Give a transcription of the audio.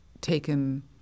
taken